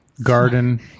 garden